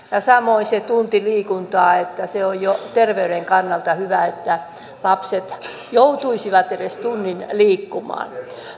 samoin se tunti liikuntaa se on jo terveyden kannalta hyvä että lapset joutuisivat edes tunnin liikkumaan